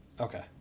Okay